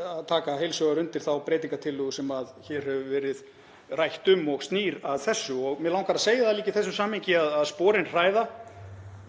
að taka heils hugar undir þá breytingartillögu sem hér hefur verið rætt um og snýr að þessu. Mig langar að segja það líka í þessu samhengi að sporin hræða.